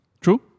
True